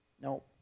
no